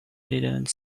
didn’t